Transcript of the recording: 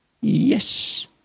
Yes